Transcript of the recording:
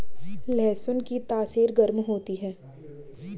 लहसुन की तासीर गर्म होती है